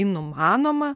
į numanomą